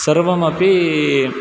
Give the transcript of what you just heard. सर्वमपि